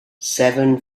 seven